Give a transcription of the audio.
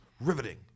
riveting